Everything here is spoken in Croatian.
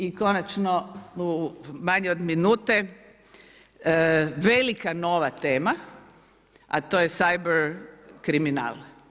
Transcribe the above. I konačno, u manje od minute, velika nova tema, a to je cyber kriminal.